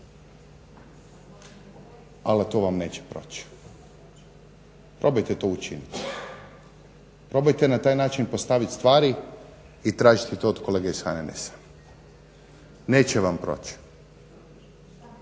ali to vam neće proći. Probajte to učiniti. Probajte na taj način postaviti stvari i tražiti to od kolege iz HNS-a. Neće vam proći.